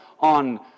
on